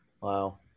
Wow